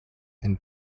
and